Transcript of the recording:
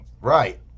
right